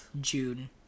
June